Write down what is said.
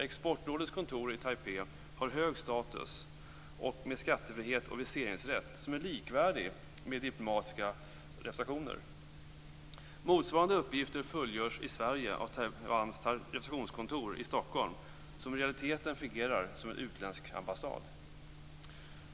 Exportrådets kontor i Taipei har hög status och en skattefrihet och viseringsrätt som är likvärdig med diplomatiska representationers. Motsvarande uppgifter fullgörs i Sverige av Taiwans representationskontor i Stockholm, som i realiteten fungerar som en utländsk ambassad.